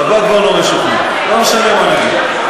אתה בא כבר לא משוכנע, לא משנה מה אני אגיד.